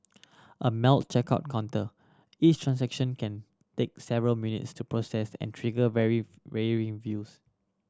a Melt checkout counter each transaction can take several minutes to process and trigger vary varying views